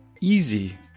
easy